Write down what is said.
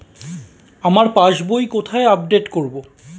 আমার পাস বই কোথায় আপডেট করব?